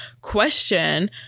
question